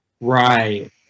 Right